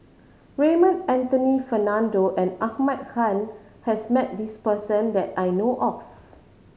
Raymond Anthony Fernando and Ahmad Khan has met this person that I know of